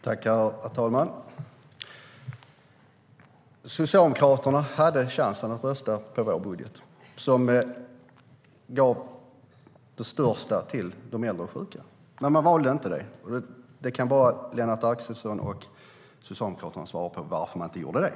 Herr talman! Socialdemokraterna hade chansen att rösta på vår budget, som gav mest till de äldre och sjuka. Men de valde inte att göra det. Bara Lennart Axelsson och Socialdemokraterna kan svara på varför de inte gjorde det.